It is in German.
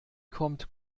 kommt